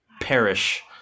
perish